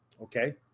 Okay